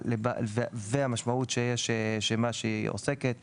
זוהי המשמעות של מה שהיא עוסקת בו.